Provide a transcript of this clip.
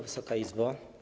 Wysoka Izbo!